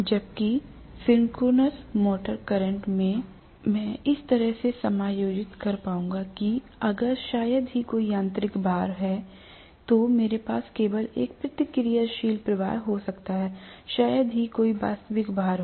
जबकि synchronous motor current मैं इस तरह से समायोजित कर पाऊंगा कि अगर शायद ही कोई यांत्रिक भार है तो मेरे पास केवल एक प्रतिक्रियाशील प्रवाह हो सकता है शायद ही कोई वास्तविक भार हो